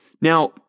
Now